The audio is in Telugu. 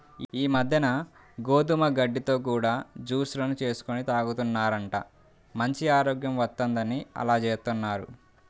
ఈ మద్దెన గోధుమ గడ్డితో కూడా జూస్ లను చేసుకొని తాగుతున్నారంట, మంచి ఆరోగ్యం వత్తందని అలా జేత్తన్నారు